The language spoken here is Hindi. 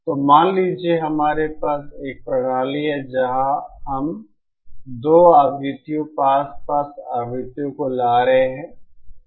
तो मान लीजिए कि हमारे पास एक प्रणाली है जहां हम 2 आवृत्तियों पासपास आवृत्तियों को ला रहे हैं